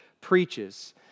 preaches